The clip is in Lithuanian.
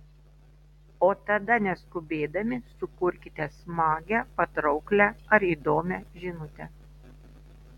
o tada neskubėdami sukurkite smagią patrauklią ar įdomią žinutę